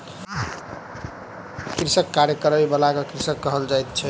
कृषिक कार्य करय बला के कृषक कहल जाइत अछि